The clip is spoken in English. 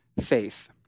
faith